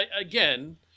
again